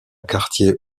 quartier